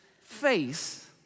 face